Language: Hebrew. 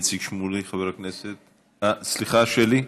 חבר הכנסת איציק שמולי?